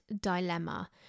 dilemma